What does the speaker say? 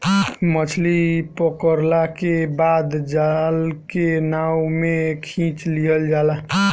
मछली पकड़ला के बाद जाल के नाव में खिंच लिहल जाला